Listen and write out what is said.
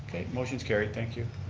motion's carried, thank you.